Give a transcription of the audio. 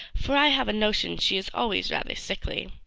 for i have a notion she is always rather sickly.